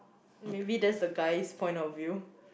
maybe that's the guy's point of view